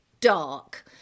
dark